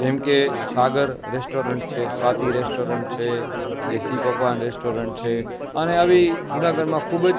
જેમ કે સાગર રેસ્ટોરન્ટ છે સ્વાતિ રેસ્ટોરન્ટ છે દેશી પકવાન રેસ્ટોરન્ટ છે અને આવી જુનાગઢમાં ખૂબ જ